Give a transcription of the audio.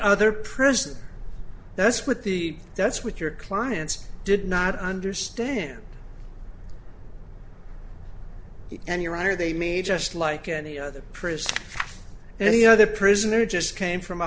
other person that's what the that's what your clients did not understand and your honor they may just like any other prison and any other prisoner just came from a